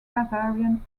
bavarian